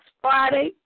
Friday